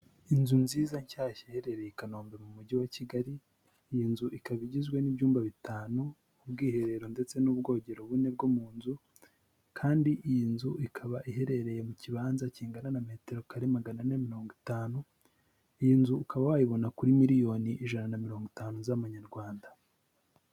Inzu nziza nshyashya iherereye i Kanombe mu mujyi wa Kigali, iyi nzu ikaba igizwe n'ibyumba bitanu, ubwiherero ndetse n'ubwogero bune bwo mu nzu kandi iyi nzu ikaba iherereye mu kibanza kingana na metero kare magana ane na mirongo itanu, iyi nzu ukaba wayibona kuri miriyoni ijana na mirongo itanu z'amanyarwanda.